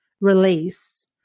release